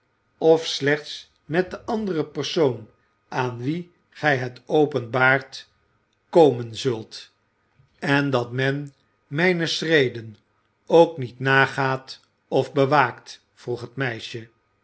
of slechts met den anderen persoon aan wien gij het openbaart wat nancy gehoord had komen zult en dat men mijne schreden ook niet nagaat of bewaakt vroeg het meisje